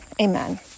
Amen